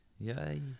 Yay